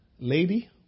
Lady